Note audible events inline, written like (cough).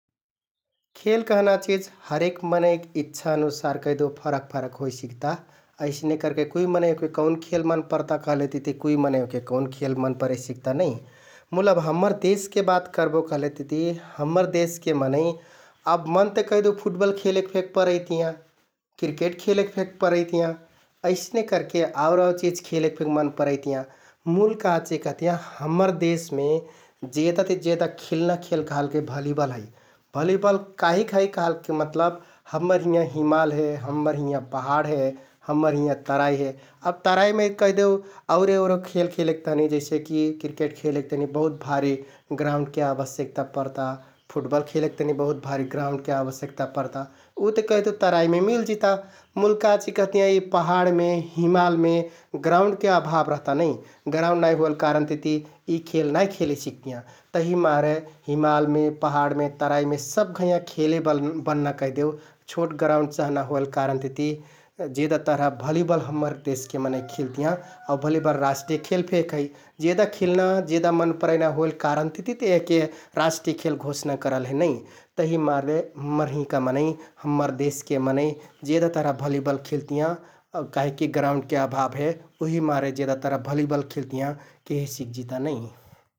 खेल कहना चिज हरेक मनैंक इच्छा अनुसार कैहदेउ फरक फरक होइ सिकता । अइसने करके कुइ मनैं ओहके कौन खेल मन परता कहलेतिति कुइ मनैं ओहके कौन खेल मन परे सिक्ता नै मुल अब हम्मर देशके बात करबो कहलेतिति हम्मर देशके मनैं अब मन ते कैहदेउ फुटबल खेलेक फेक परैतियाँ । क्रिकेट खेलेक फेक परैतियाँ । अइसने करके आउर आउर चिझ फेक खेलेक मन परैतियाँ मुल काचिकहतियाँ हम्मर देशमे जेदा ति जेदा खिल्ना खेल कहलके भलिबल है । भलिबल काहिक है कहलके मतलब हम्मर हिंयाँ हिमाल हे, हम्मर हिंयाँ पहाड हे, हम्मर हिंयाँ तराइ हे । अब तराइमे कैहदेउ औरे उरे खेल खेलेक तहनि जैसेकि क्रिकेट खेलेक तहनि बहुतभारि ग्राउण्डके आवश्यकता परता । फुटबल खेलेक तहनि बहुत भारि ग्राउण्डके आवश्यकता परता । उ ते कैहदेउ तराइमे मिलजिता मुल काचिकहतियाँ यि पहाडमे, हिमालमे ग्राउण्डके अभाव रहता नै । ग्राउण्ड नाइ होइल कारणतिति यि खेल नाइ खेले सिकतियाँ तहिमारे हिमालमे, पहाडमे, तराइमे सबघैंयाँ खेले (hesitation) बन्‍ना कैहदेउ छोट ग्राउण्ड चहना होइल कारणतिति जेदा तरह भलिबल हम्मर देशके मनैं (noise) खिलतियाँ आउ भलिबल राष्‍ट्रिय खेल फेक है । जेदा खिल्ना, जेदा मन परैना होइल कारणतिति ते एहके राष्‍ट्रिय खेल घोषणा करल हे नै । तहिमारे हम्मर हिंका मनैं, हम्मर देशके मनैं जेदा तरह भलिबल खिलतियाँ आउ काहिककि ग्राउण्डके अभाव हे । उहिमारे जेदा तरह भलिबल खिलतियाँ केहे सिकजिता नै ।